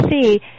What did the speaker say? see